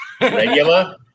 Regular